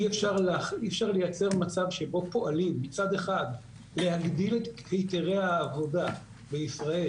אי-אפשר לייצר מצב שבו פועלים מצד אחד להגדיל את היתרי העבודה בישראל.